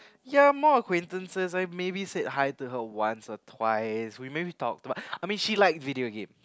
ya more acquaintances I maybe said hi to her once or twice we maybe talked but I mean she liked video games